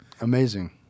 Amazing